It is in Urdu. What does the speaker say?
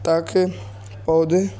تاکہ پودے